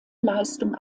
leistung